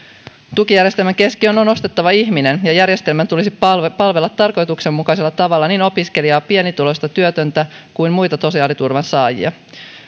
tukijärjestelmän keskiöön on nostettava ihminen ja järjestelmän tulisi palvella palvella tarkoituksenmukaisella tavalla niin opiskelijaa ja pienituloista työtöntä kuin muita sosiaaliturvan saajia